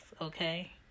okay